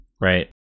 right